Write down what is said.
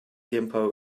gimpo